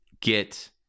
get